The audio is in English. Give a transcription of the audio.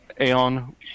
Aeon